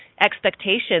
expectations